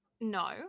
No